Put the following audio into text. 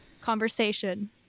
conversation